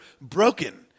broken